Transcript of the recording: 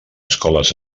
escoles